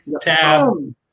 Tab